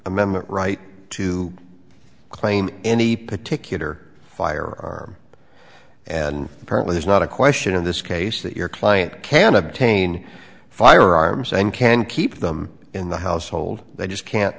amendment right to claim any particular fire and apparently there's not a question in this case that your client can obtain firearms and can keep them in the household they just can't